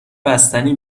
بستنی